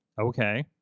Okay